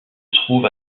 trouve